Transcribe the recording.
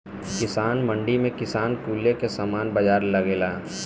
किसान मंडी में किसान कुल के समान के बाजार लगेला